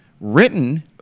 written